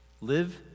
live